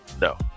No